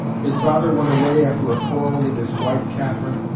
his father went away after a quarrel with his wife catherine,